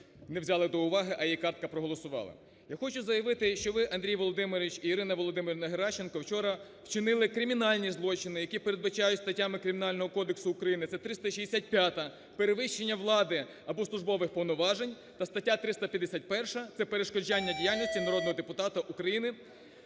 не взяли до уваги, а її картка проголосувала. Я хочу заявити, що ви, Андрій Володимирович, і Ірина Володимирівна Геращенко вчора вчинили кримінальні злочини, які передбачають статтями Кримінального кодексу України, це 365 – перевищення влади або службових повноважень та стаття 351 – це перешкоджання діяльності народного депутата України.